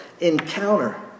encounter